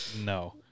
no